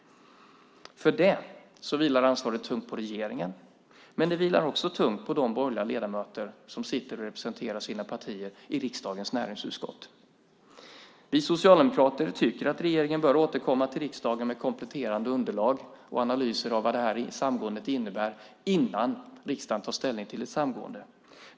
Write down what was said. För det vilar ansvaret tungt på regeringen. Men det vilar också tungt på de borgerliga ledamöter som representerar sina partier i riksdagens näringsutskott. Vi socialdemokrater tycker att regeringen bör återkomma till riksdagen med kompletterande underlag och analyser av vad samgående innebär innan riksdagen tar ställning till ett samgående.